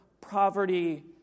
poverty